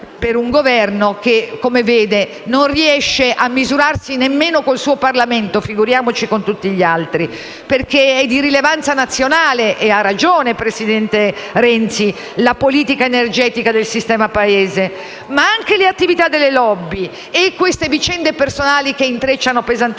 per un Governo che, come vede, non riesce a misurarsi nemmeno con il suo Parlamento, figuriamoci con tutti gli altri. È, infatti, di rilevanza nazionale - e ha ragione il presidente Renzi - la politica energetica del sistema-Paese, ma lo sono anche le attività delle *lobby* e queste vicende personali che si intrecciano pesantemente